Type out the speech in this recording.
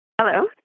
Hello